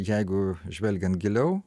jeigu žvelgiant giliau